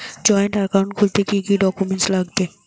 Joint account খুলতে কি কি ডকুমেন্টস লাগবে?